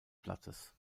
blattes